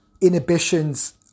Inhibitions